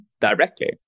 directly